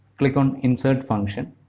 click on insert function.